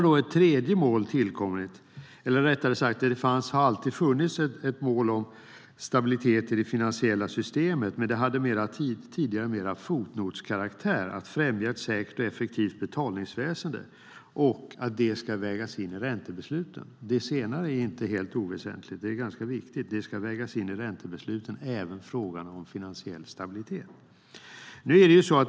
Det har dessutom alltid funnits ett mål om stabilitet i det finansiella systemet, men tidigare hade det mer fotnotskaraktär, nämligen att man ska främja ett säkert och effektivt betalningsväsen och att det ska vägas in i räntebesluten. Det senare är inte helt oväsentligt. Det är ganska viktigt att frågan om finansiell stabilitet ska vägas in i räntebesluten.